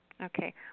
Okay